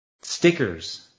Stickers